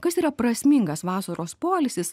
kas yra prasmingas vasaros poilsis